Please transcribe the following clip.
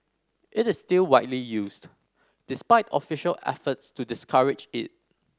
it is still widely used despite official efforts to discourage it